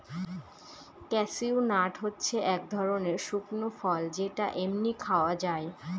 cashew nut হচ্ছে এক ধরনের শুকনো ফল যেটা এমনি খাওয়া যায়